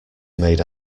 made